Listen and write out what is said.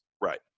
Right